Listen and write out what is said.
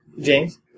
James